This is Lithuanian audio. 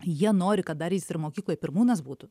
jie nori kad dar jis ir mokykloj pirmūnas būtų